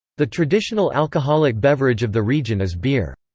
the traditional alcoholic beverage of the region is beer.